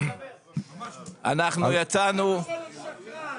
אבקש שקט.